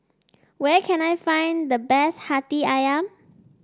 where can I find the best hati ayam